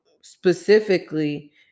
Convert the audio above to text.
specifically